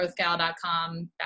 growthgal.com